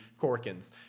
Corkins